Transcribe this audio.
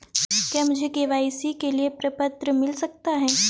क्या मुझे के.वाई.सी के लिए प्रपत्र मिल सकता है?